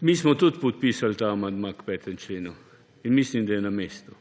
Mi smo tudi podpisali ta amandma k 5. členu in mislim, da je na mestu,